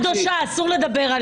מוזיקה חדשה.